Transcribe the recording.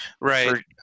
Right